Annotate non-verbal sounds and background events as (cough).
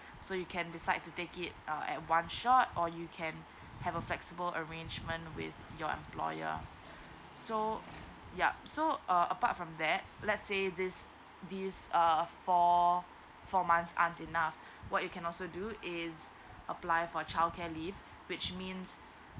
so you can decide to take it uh at one shot or you can have a flexible arrangement with your employee so yup so uh apart from that let's say this this err four four months aren't enough (breath) what you can also do is apply for childcare leave which means